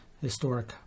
Historic